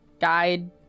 guide